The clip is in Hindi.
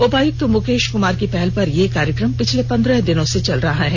उपायुक्त मुकेश कुमार की पहल पर यह कार्यक्रम पिछले पंद्रह दिनों से चल रहा है